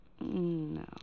No